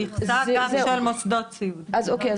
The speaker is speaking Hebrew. אוקיי.